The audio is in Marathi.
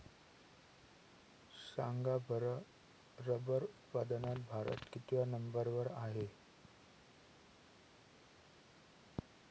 सांगा बरं रबर उत्पादनात भारत कितव्या नंबर वर आहे?